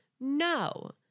no